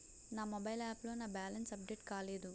నా mobile app లో నా బ్యాలెన్స్ అప్డేట్ కాలేదు